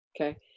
okay